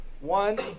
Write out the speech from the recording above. one